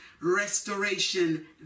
restoration